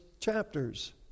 chapters